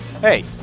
hey